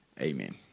Amen